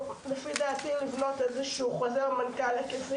לדעתי יש לבנות איזה שהוא חוזר מנכ"ל היקפי